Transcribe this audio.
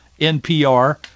NPR